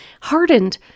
hardened